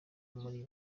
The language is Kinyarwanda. muri